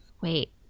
Wait